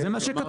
זה מה שכתוב.